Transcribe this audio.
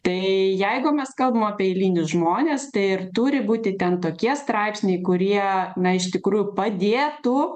tai jeigu mes kalbam apie eilinius žmones tai ir turi būti ten tokie straipsniai kurie na iš tikrųjų padėtų